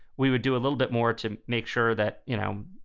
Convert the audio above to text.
we would do a little bit more to make sure that, you know,